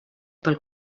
pel